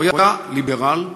הוא היה ליברל ודמוקרט,